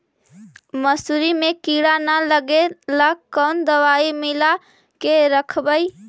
मसुरी मे किड़ा न लगे ल कोन दवाई मिला के रखबई?